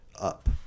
up